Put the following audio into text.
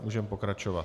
Můžeme pokračovat.